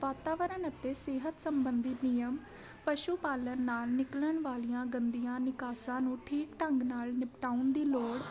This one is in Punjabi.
ਵਾਤਾਵਰਨ ਅਤੇ ਸਿਹਤ ਸੰਬੰਧੀ ਨਿਯਮ ਪਸ਼ੂ ਪਾਲਣ ਨਾਲ ਨਿਕਲਣ ਵਾਲੀਆਂ ਗੰਦੀਆਂ ਨਿਕਾਸਾਂ ਨੂੰ ਠੀਕ ਢੰਗ ਨਾਲ ਨਿਪਟਾਉਣ ਦੀ ਲੋੜ